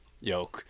yo